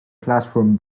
classroom